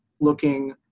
looking